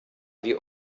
wir